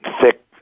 thick